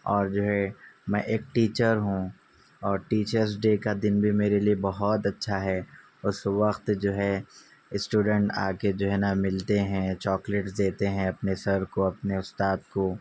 اور جو ہے میں ایک ٹیچر ہوں اور ٹیچرس ڈے کا دن بھی میرے لیے بہت اچھا ہے اس وقت جو ہے اسٹوڈنٹ آکے جو ہے نا ملتے ہیں چاکلیٹس دیتے ہیں اپنے سر کو اپنے استاد کو